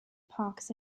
parks